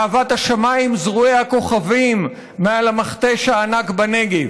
אהבת השמיים זרועי הכוכבים מעל המכתש הענק בנגב,